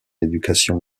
éducation